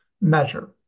measure